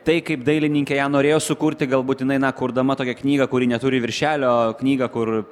tai kaip dailininkė ją norėjo sukurti gal būt jinai na kurdama tokią knygą kuri neturi viršelio knygą kur